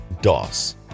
DOS